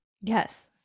Yes